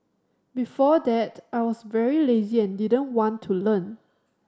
before that I was very lazy and didn't want to learn